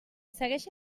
segueixi